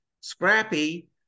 Scrappy